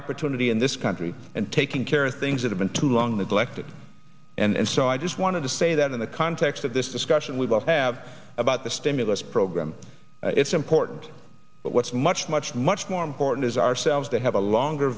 opportunity in this country and taking care of things that have been too long the collected and so i just wanted to say that in the context of this discussion we will have about the stimulus program it's important but what's much much much more important is ourselves to have a longer